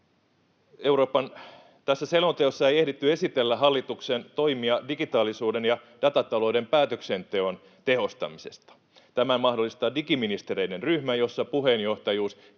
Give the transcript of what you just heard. Tässä selonteossa ei ehditty esitellä hallituksen toimia digitaalisuuden ja datatalouden päätöksenteon tehostamisesta. Tämän mahdollistavat digiministereiden ryhmä, jossa puheenjohtajuus